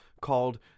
called